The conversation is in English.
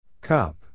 Cup